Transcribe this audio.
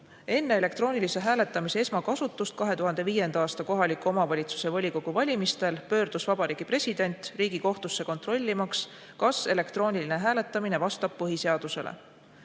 "Enne elektroonilise hääletamise esmakasutust 2005. a kohaliku omavalitsuse volikogu valimistel pöördus Vabariigi President Riigikohtusse kontrollimaks, kas elektrooniline hääletamine vastab põhiseadusele.